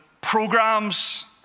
programs